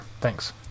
Thanks